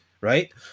right